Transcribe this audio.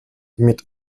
mit